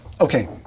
Okay